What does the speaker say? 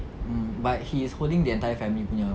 mm but he's holding the entire family punya